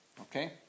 Okay